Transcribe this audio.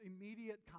immediate